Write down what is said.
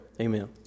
Amen